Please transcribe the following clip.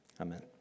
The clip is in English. amen